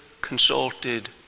consulted